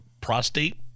prostate